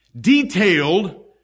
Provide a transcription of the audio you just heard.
detailed